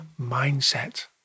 mindset